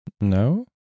No